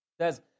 says